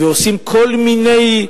ועושים כל מיני,